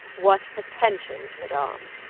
what pretensions madame!